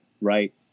right